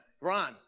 Ron